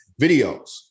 videos